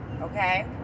okay